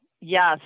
yes